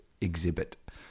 exhibit